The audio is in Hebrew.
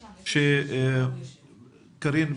קארין,